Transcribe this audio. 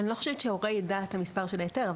אני לא חושבת שההורה ידע את הפרטים של ההיתר.